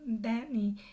Danny